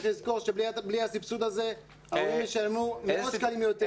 צריך לזכור שבלי הסבסוד הזה ההורים ישלמו מאות שקלים יותר.